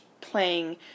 playing